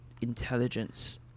intelligence